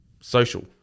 Social